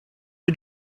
you